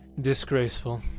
Disgraceful